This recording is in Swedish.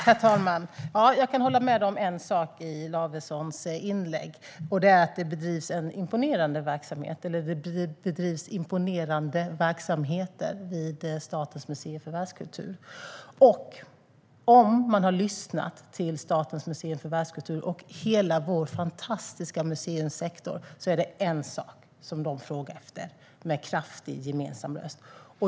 Herr talman! Jag kan hålla med om en sak i Lavessons inlägg. Det är att det bedrivs imponerande verksamheter vid Statens museer för världskultur. Om man har lyssnat till Statens museer för världskultur och hela vår fantastiska museisektor är det en sak som de frågar efter med kraftig gemensam röst.